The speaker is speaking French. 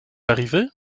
arrivé